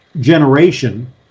generation